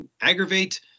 aggravate